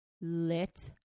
lit